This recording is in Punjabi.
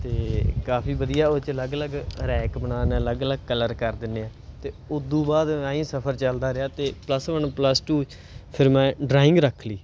ਅਤੇ ਕਾਫੀ ਵਧੀਆ ਉਹ 'ਚ ਅਲੱਗ ਅਲੱਗ ਰੈਕ ਬਣਾਉਂਦੇ ਅਲੱਗ ਅਲੱਗ ਕਲਰ ਕਰ ਦਿੰਦੇ ਆ ਅਤੇ ਉੱਦੂ ਬਾਅਦ ਐਂਈਂ ਸਫਰ ਚਲਦਾ ਰਿਹਾ ਅਤੇ ਪਲੱਸ ਵਨ ਪਲੱਸ ਟੂ ਫਿਰ ਮੈਂ ਡਰਾਇੰਗ ਰੱਖ ਲਈ